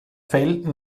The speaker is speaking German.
fell